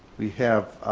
we have